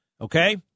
Okay